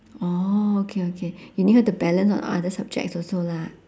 oh okay okay you need her to balance on other subjects also lah